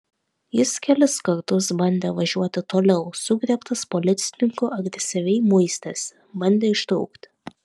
jis kelis kartus bandė važiuoti toliau sugriebtas policininkų agresyviai muistėsi bandė ištrūkti